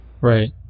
Right